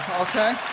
okay